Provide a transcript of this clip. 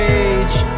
age